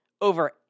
over